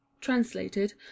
translated